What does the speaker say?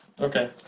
Okay